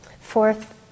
fourth